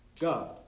God